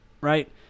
right